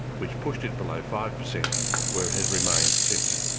which pushed it below five percent where it has remained since.